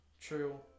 True